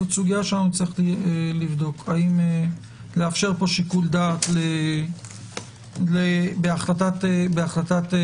זו סוגיה שנצטרך לבדוק האם לאפשר פה שיקול דעת בהחלטת ממשלה.